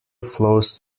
flows